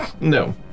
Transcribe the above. No